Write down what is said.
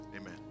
Amen